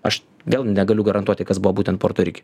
aš vėl negaliu garantuoti kas buvo būtent puerto rike